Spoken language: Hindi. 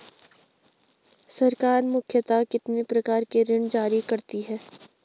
सरकार मुख्यतः कितने प्रकार के ऋण जारी करती हैं?